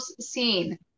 scene